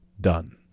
done